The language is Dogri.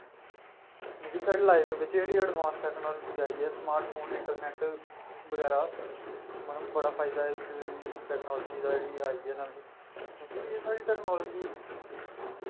जेह्ड़ी साढ़ी लाईफ बिच एडवांस टेक्नोलॉज़ी आई ऐ स्मार्टफोन इंटरनेट बगैरा असें बड़ा फायदा इस चीज़ टेक्नोलॉज़ी दा क्योंकि एह् साढ़ी टेक्नोलॉज़ी